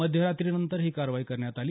मध्यरात्रीनंतर ही कारवाई करण्यात आली